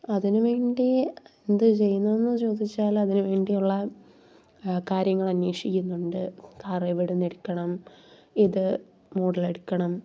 അതിന് വേണ്ടി എന്ത് ചെയ്തൂന്ന് ചോദിച്ചാലതിന് അതിനു വേണ്ടിയുള്ള കാര്യങ്ങളന്വേഷിക്കുന്നുണ്ട് കാറെവിടുന്നെടുക്കണം ഏത് മോഡലെടുക്കണം